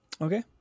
Okay